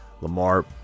Lamar